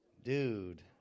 Dude